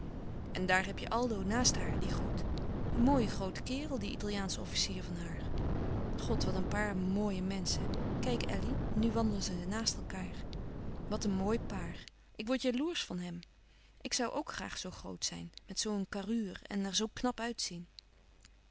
en daar heb je aldo naast haar die groet een mooie groote kerel die italiaansche officier van haar god wat een paar mooie menschen kijk elly nu ze wandelen naast elkaâr wat een mooi paar ik word jaloersch van hem ik zoû ook graag zoo groot zijn met zoo een carrure en er zoo knap uit